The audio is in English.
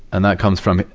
and that comes from, ah,